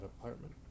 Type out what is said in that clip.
apartment